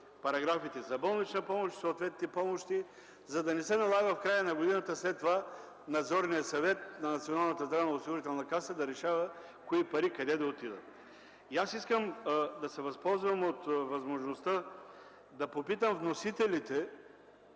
параграфите за болнична помощ – съответните помощи, за да не се налага в края на годината Надзорният съвет на Националната здравноосигурителна каса да решава кои пари къде да отидат. Искам да се възползвам от възможността и да попитам вносителите: